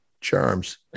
charms